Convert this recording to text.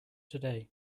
today